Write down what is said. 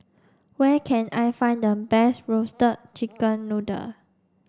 where can I find the best roasted chicken noodle